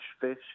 fish